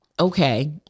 okay